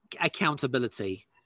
accountability